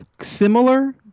similar